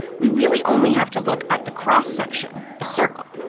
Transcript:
we really only have to look at the cross-section a circle.